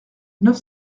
neuf